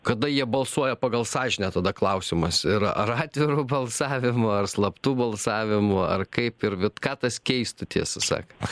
kada jie balsuoja pagal sąžinę tada klausimas ir ar atviru balsavimu ar slaptu balsavimu ar kaip ir vat ką tas keistų tiesą sakant